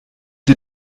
sie